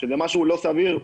שזה משהו לא סביר,